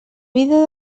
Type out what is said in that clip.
vida